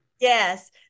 Yes